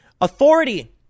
Authority